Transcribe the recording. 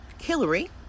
Hillary